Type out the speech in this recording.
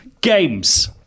Games